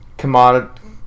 commodity